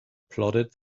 plodded